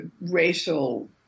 racial